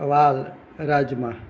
વાલ રાજમા